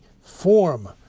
form